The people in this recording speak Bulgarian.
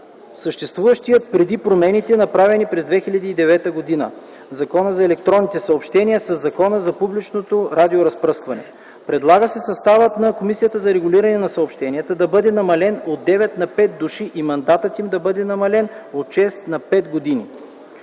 съществуващият преди промените, направени през 2009 г. в Закона за електронните съобщения със Закона за публичното радиоразпръскване. Предлага се съставът на Комисията за регулиране на съобщенията да бъде намален от девет на пет души и мандатът им да бъде намален от шест на пет години.